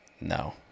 no